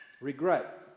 Regret